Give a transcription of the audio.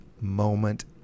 moment